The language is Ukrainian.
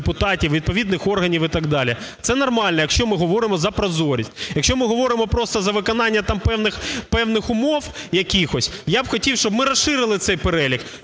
депутатів відповідних органів і так далі. Це нормально, якщо ми говоримо за прозорість. Якщо ми говоримо просто за виконання там певних умов якихось, я б хотів, щоб ми розширили цей перелік.